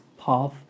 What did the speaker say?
path